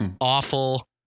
awful